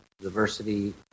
diversity